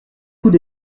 coups